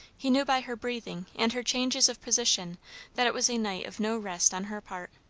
he knew by her breathing and her changes of position that it was a night of no rest on her part.